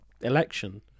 election